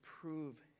prove